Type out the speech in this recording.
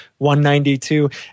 192